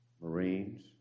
Marines